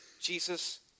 Jesus